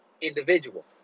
individual